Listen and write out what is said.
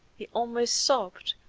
he almost sobbed,